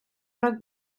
rhag